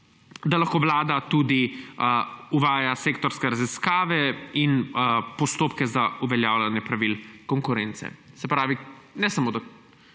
da lahko Vlada tudi uvaja sektorske raziskave in postopke za uveljavljanje pravil konkurence. Se pravi, ne samo da